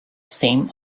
same